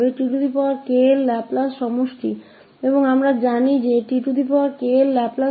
तो कि इसका मतलब है इस sum का लाप्लास 𝑡𝑘 लाप्लास का sum हो जाएगा और हम पता है 𝑡𝑘 का लाप्लास k